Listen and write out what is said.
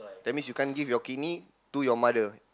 that means you can't give your kidney to your mother